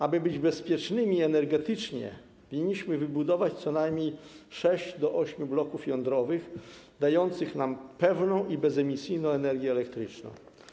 Aby być bezpieczni energetycznie, winniśmy wybudować co najmniej 6 do 8 bloków jądrowych, dających nam pewną i bezemisyjną energię elektryczną.